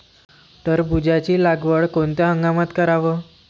टरबूजाची लागवड कोनत्या हंगामात कराव?